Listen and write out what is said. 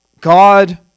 God